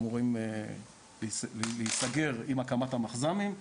שאמורות להיסגר עם הקמת המחז"מים,